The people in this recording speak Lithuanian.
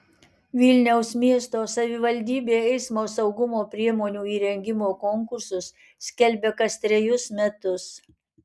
vilniaus miesto savivaldybė eismo saugumo priemonių įrengimo konkursus skelbia kas trejus metus